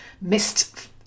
missed